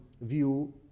view